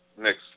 next